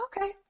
okay